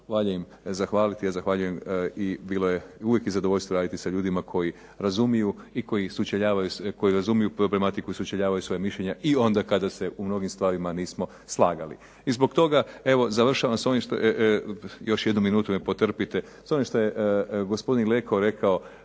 Valja im zahvaliti, zahvaljujem i uvijek je zadovoljstvo raditi sa ljudima koji razumiju problematiku i sučeljavaju svoja mišljenja i onda kada se u mnogim stvarima nismo slagali. I zbog toga evo završavam s ovim još jednu me minutu pretrpite, s ovim što je gospodin Leko rekao.